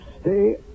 stay